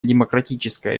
демократическая